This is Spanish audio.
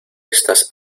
estas